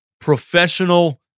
professional